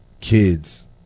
kids